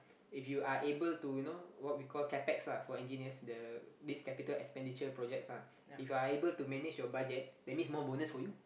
if you are able to you know what we call capex lah for engineers the this capital expenditure projects lah if you are able to manage your budget that means more bonus for you